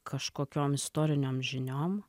kažkokiom istorinėm žiniom